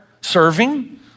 serving